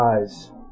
eyes